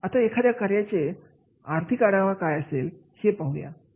आता एखाद्या कार्याचे आर्थिक आढावा काय असेल ते पाहू या